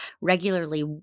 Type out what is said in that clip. Regularly